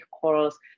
corals